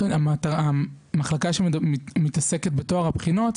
המחלקה שמתעסקת בטוהר הבחינות,